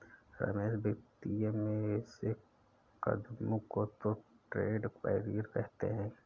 रमेश वित्तीय में ऐसे कदमों को तो ट्रेड बैरियर कहते हैं